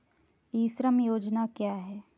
ई श्रम योजना क्या है?